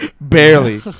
Barely